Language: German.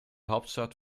hauptstadt